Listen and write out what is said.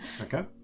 Okay